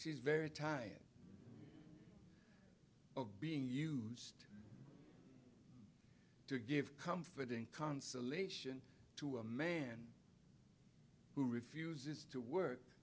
she's very tired of being used to give comforting consolation to a man who refuses to work